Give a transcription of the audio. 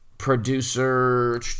producer